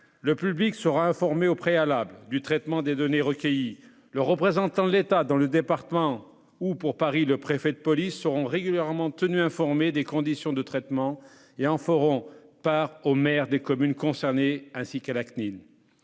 Le public sera informé au préalable du traitement des données recueillies. Le représentant de l'État dans le département ou, à Paris, le préfet de police, sera régulièrement informé des conditions de traitement et en fera part aux maires des communes concernées, ainsi qu'à la Cnil.